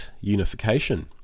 Unification